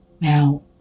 Now